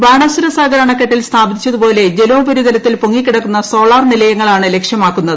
ബാണാസുര സാഗർ അണക്കെട്ടിൽ സ്ഥാപിച്ചതുപോലെ ജലോപരിതലത്തിൽ പൊങ്ങിക്കിടക്കുന്ന സോളാർ നിലയങ്ങളാണ് ലക്ഷ്യമാക്കുന്നത്